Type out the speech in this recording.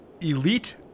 elite